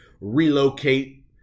relocate